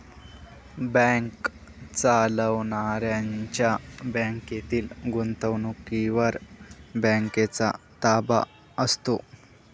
bank चालवणाऱ्यांच्या बँकेतील गुंतवणुकीवर बँकेचा ताबा असतो